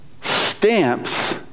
stamps